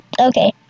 Okay